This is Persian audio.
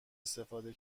استفاده